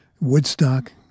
Woodstock